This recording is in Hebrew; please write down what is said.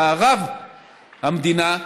במערב המדינה,